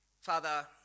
Father